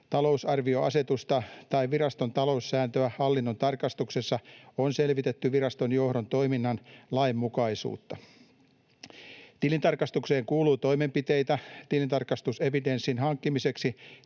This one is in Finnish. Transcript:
talousarvioasetusta tai viraston taloussääntöä. Hallinnon tarkastuksessa on selvitetty viraston johdon toiminnan lainmukaisuutta. Tilintarkastukseen kuuluu toimenpiteitä tilintarkastusevidenssin hankkimiseksi